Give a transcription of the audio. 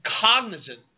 Cognizant